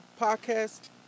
podcast